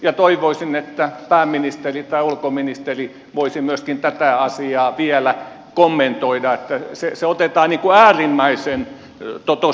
ja toivoisin että pääministeri tai ulkoministeri voisi myöskin tätä asiaa vielä kommentoida että se otetaan äärimmäisen tosissaan